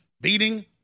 beating